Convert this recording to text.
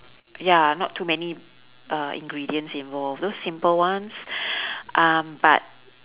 ya not too many uh ingredients involve those simple ones um but